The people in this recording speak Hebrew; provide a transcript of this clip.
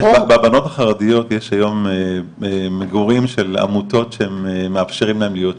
הבגירות החרדיות יש היום מגורים של עמותות שהם מאפשרים להם להיות שם.